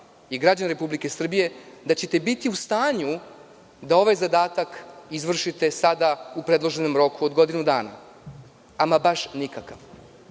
i građane Republike Srbije, da ćete biti u stanju da ovaj zadatak izvršite sada u predloženom roku od godinu dana? Baš nikakav,